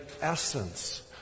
essence